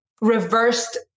reversed